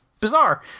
bizarre